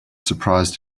surprised